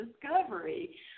discovery